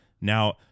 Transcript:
Now